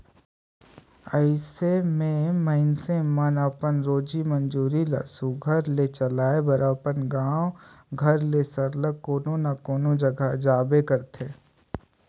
अइसे में मइनसे मन अपन रोजी मंजूरी ल सुग्घर ले चलाए बर अपन गाँव घर ले सरलग कोनो न कोनो जगहा जाबे करथे